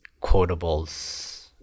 quotables